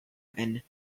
and